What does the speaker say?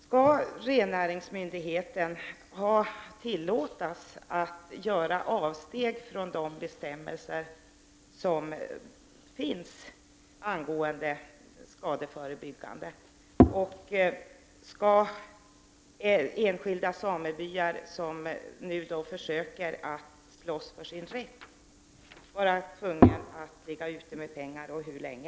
Skall rennäringsmyndigheten tillåtas att göra avsteg från de bestämmelser som finns angående skadeförebyggande åtgärder? Skall enskilda samebyar som nu försöker slåss för sin rätt vara tvungna att ligga ute med pengar, och hur länge?